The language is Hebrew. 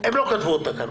הם לא כתבו עוד תקנות.